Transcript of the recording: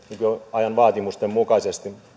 ajan vaatimusten mukaisesti